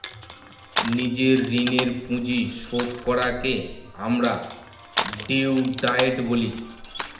নিজের ঋণের পুঁজি শোধ করাকে আমরা ডেট ডায়েট বলি